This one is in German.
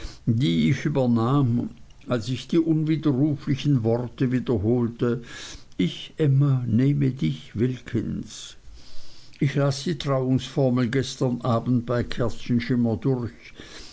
die ich übernahm als ich die unwiderruflichen worte wiederholte ich emma nehme dich wilkins ich las die trauungsformel gestern abends bei kerzenschimmer durch